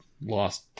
lost